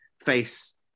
face